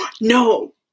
No